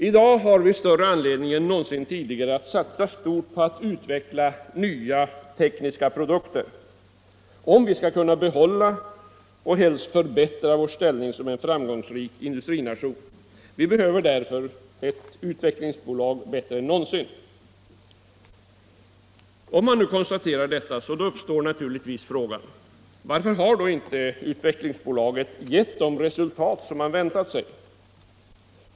I dag har vi större anledning än någonsin tidigare att satsa stort på att utveckla nya tekniska produkter, om vi skall kunna behålla och helst förbättra vår ställning som en framgångsrik industrination. Vi behöver därför ett utvecklingsbolag bättre än någonsin. Om man nu konstaterar detta, uppstår naturligtvis frågan: Varför har då inte Utvecklingsbolaget gett de resultat som man väntat sig?